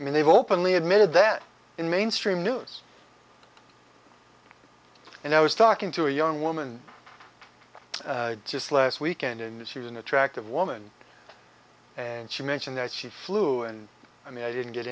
i mean they've openly admitted that in mainstream news and i was talking to a young woman just last weekend in that she was an attractive woman and she mentioned that she flew and i mean i didn't get